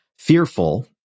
fearful